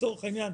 לצורך העניין,